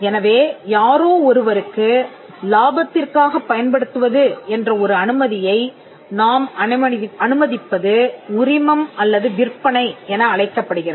எனவே யாரோ ஒருவருக்கு லாபத்திற்காகப் பயன்படுத்துவது என்ற ஒரு அனுமதியை நாம் அனுமதிப்பது உரிமம் அல்லது விற்பனை என அழைக்கப்படுகிறது